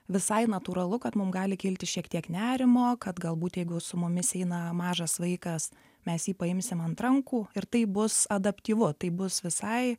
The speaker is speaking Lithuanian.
visai natūralu kad mum gali kilti šiek tiek nerimo kad galbūt jeigu su mumis einą mažas vaikas mes jį paimsim ant rankų ir tai bus adaptyvu tai bus visai